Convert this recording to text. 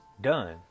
done